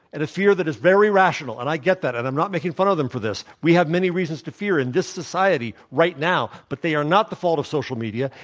and a fear that is very rational. and i get that, and i'm not making fun of them for this. we have many reasons to fear in this society, right now, but they are not the fault of social media.